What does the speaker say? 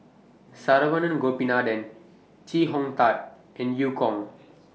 Saravanan Gopinathan Chee Hong Tat and EU Kong